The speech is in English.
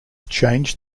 changed